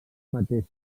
mateix